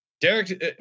Derek